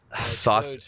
thought